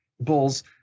bulls